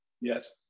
Yes